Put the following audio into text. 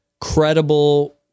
credible